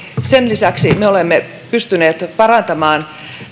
sen lisäksi me olemme pystyneet parantamaan